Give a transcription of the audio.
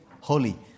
holy